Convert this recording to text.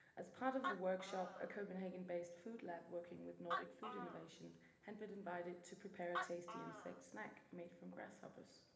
as part of the workshop, a copenhagen-based food lab working with nordic food innovation had been invited to prepare a tasty insect snack made from grasshoppers.